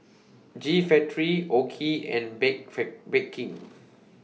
G Factory OKI and Bake Bake King